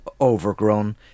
overgrown